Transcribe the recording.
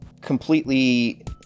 completely